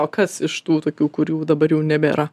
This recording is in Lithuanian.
o kas iš tų tokių kurių dabar jau nebėra